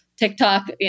TikTok